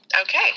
Okay